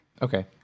Okay